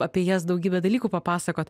apie jas daugybę dalykų papasakot